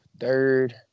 Third